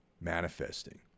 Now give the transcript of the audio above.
manifesting